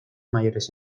mayores